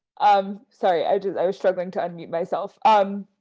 i'm sorry, i did. i was struggling to unmute myself. um,